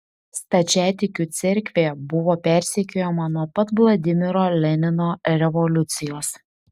stačiatikių cerkvė buvo persekiojama nuo pat vladimiro lenino revoliucijos